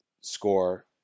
score